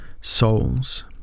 souls